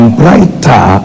brighter